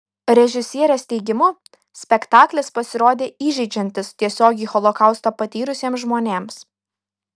režisierės teigimu spektaklis pasirodė įžeidžiantis tiesiogiai holokaustą patyrusiems žmonėms